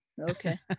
okay